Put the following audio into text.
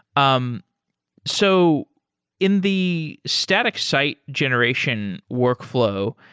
um so in the static site generation workflow,